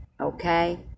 Okay